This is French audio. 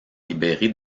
libéré